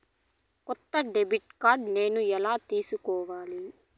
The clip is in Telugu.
కొత్త డెబిట్ కార్డ్ నేను ఎలా తీసుకోవాలి?